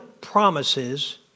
promises